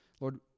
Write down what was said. Lord